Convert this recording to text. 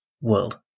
world